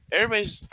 Everybody's